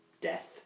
death